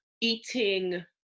eating